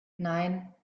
nein